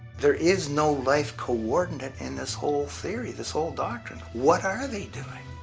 there is no life coordinate in this whole theory, this whole doctrine. what are they doing?